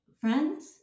friends